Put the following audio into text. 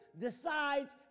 decides